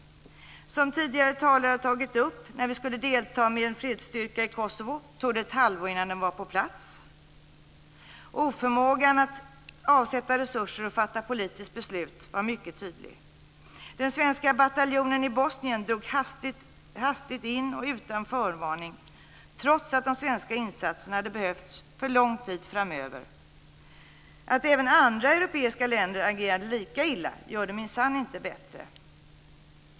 Som tidigare talare har tagit upp tog det ett halvår innan den fredsstyrka vi skulle delta med i Kosovo var på plats. Oförmågan att avsätta resurser och fatta politiskt beslut var mycket tydlig. Den svenska bataljonen i Bosnien drogs in utan förvarning, trots att de svenska insatserna hade behövts för lång tid framöver. Att även andra europeiska länder agerade lika illa gör det minsann inte bättre.